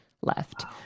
left